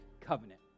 covenant